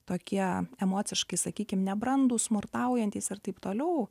tokie emociškai sakykim nebrandūs smurtaujantys ir taip toliau